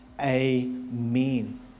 amen